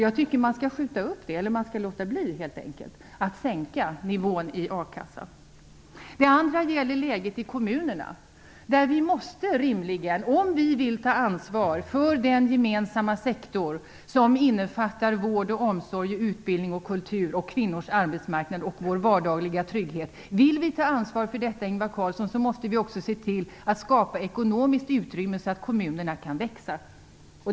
Jag tycker att man helt enkelt skall låta bli att sänka nivån i a-kassan. För det andra gäller det läget i kommunerna. Vi måste rimligen, Ingvar Carlsson, om vi vill ta ansvar för den gemensamma sektor som innefattar vård, omsorg, utbildning, kultur, kvinnors arbetsmarknad och vår vardagliga trygghet, också se till att skapa ekonomiskt utrymme så att kommunerna kan växa.